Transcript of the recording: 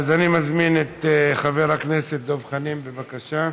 אז אני מזמין את חבר הכנסת דב חנין, בבקשה.